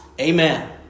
Amen